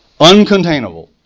uncontainable